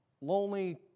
lonely